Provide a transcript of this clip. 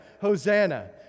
Hosanna